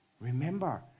Remember